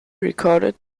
recorded